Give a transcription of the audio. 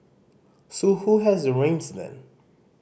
so who has the reins then